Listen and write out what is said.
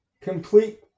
Complete